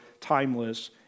timeless